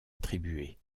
attribué